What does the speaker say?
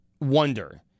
wonder